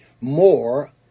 More